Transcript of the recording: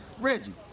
Reggie